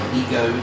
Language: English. ego